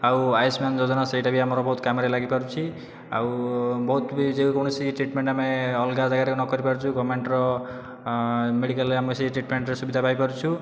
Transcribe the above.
ଆଉ ଆୟୁଷମାନ ଯୋଜନା ସେହିଟା ବି ଆମର ବହୁତ କାମରେ ଲାଗିପାରୁଛି ଆଉ ବହୁତ ବି ଯେକୌଣସି ଟ୍ରିଟମେଣ୍ଟ ଆମେ ଅଲଗା ଯାଗାରେ ନ କରିପାରୁଛୁ ଗଭର୍ନମେଣ୍ଟର ମେଡ଼ିକାଲରେ ଆମର ସେହି ଟ୍ରିଟମେଣ୍ଟରେ ସୁବିଧା ପାଇପାରୁଛୁ